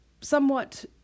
somewhat